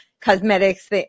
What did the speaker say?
cosmetics